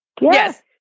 Yes